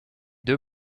deux